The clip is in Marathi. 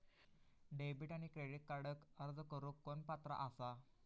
डेबिट आणि क्रेडिट कार्डक अर्ज करुक कोण पात्र आसा?